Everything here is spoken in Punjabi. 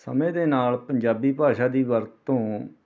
ਸਮੇਂ ਦੇ ਨਾਲ ਪੰਜਾਬੀ ਭਾਸ਼ਾ ਦੀ ਵਰਤੋਂ